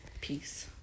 peace